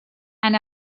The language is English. and